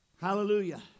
Hallelujah